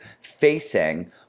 facing